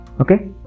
okay